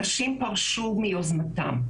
אנשים פרשו מיוזמתם.